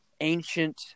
ancient